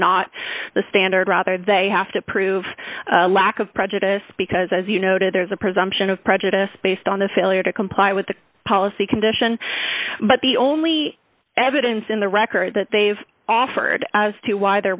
not the standard rather they have to prove a lack of prejudice because as you noted there is a presumption of prejudice based on the failure to comply with the policy condition but the only evidence in the record that they've offered as to why there